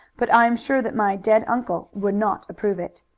but i am sure that my dead uncle would not approve it.